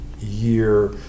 year